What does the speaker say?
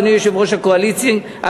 אדוני יושב-ראש הקואליציה,